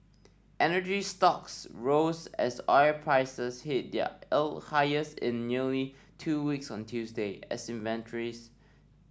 energy stocks roses as oil prices hit their highest in nearly two weeks on Tuesday as inventories